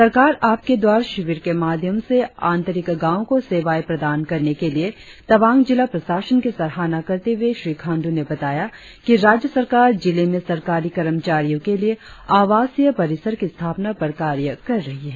सरकार आपके द्वार शिविर के माध्यम से आंतरिक गांवों को सेवाए प्रदान करने के लिए तवांग जिला प्रशासन की सराहना करते हुए श्री खांडू ने बताया कि राज्य सरकार जिले में सरकारी कर्मचारियों के लिए आवासीय परिसर की स्थापना पर कार्य कर रही है